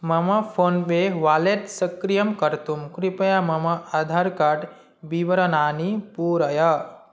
मम PhonePe wallet सक्रियं कर्तुं क्रिपया मम आधार् कार्ड् विवरणानि पूरय